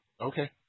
Okay